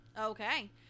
Okay